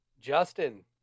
Justin